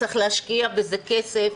וצריך להשקיע בזה כסף.